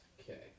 Okay